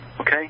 Okay